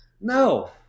no